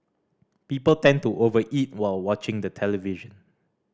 people tend to over eat while watching the television